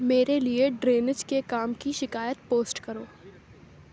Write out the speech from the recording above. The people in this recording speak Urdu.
میرے لیے ڈرینیج کے کام کی شکایت پوسٹ کرو